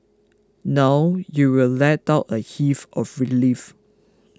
now you will let out a heave of relief